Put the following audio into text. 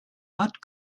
hat